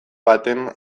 baten